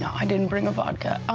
i didn't bring a vodka.